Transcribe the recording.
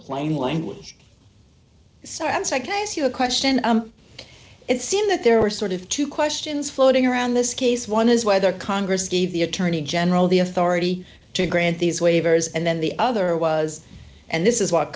plain language so and nd is your question it seems that there are sort of two questions floating around this case one is whether congress gave the attorney general the authority to grant these waivers and then the other was and this is what